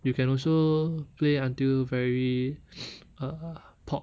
you can also play until very err pop